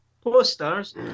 posters